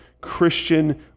Christian